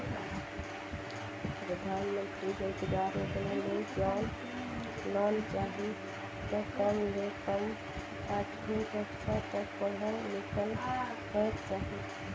परधानमंतरी रोजगार योजना ले लोन चाही त कम ले कम आठवीं कक्छा तक पढ़ल लिखल होएक चाही